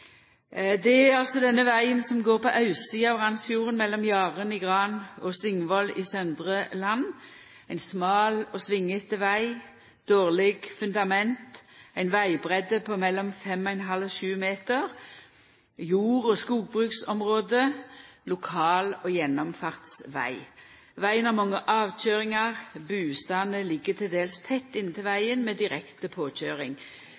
er altså den vegen som går på austsida av Randsfjorden, mellom Jaren i Gran kommune og Svingvoll i Søndre Land kommune. Det er ein smal og svingete veg, med dårleg fundament og ei vegbreidd på mellom 5,5 og 7 meter. Vegen går i eit jord- og skogbruksområde og er lokal- og gjennomfartsveg. Vegen har mange avkjøringar, og bustadene ligg til dels tett